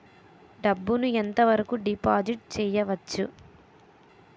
డబ్బు ను ఎంత వరకు డిపాజిట్ చేయవచ్చు?